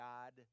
God